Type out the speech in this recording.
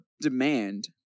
demand